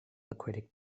aquatic